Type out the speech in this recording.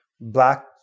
black